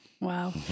Wow